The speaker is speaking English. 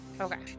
Okay